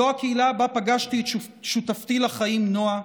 זו הקהילה שבה פגשתי את שותפתי לחיים, נועה,